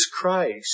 Christ